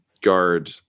guard